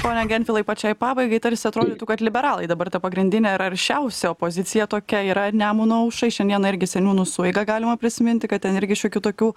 pone gentvilai pačiai pabaigai tarsi atrodytų kad liberalai dabar ta pagrindinė ir aršiausia opozicija tokia yra nemuno aušrai šiandieną irgi seniūnų sueigą galima prisiminti kad ten irgi šiokių tokių